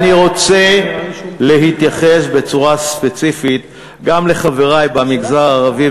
אני רוצה להתייחס בצורה ספציפית גם לחברי במגזר הערבי,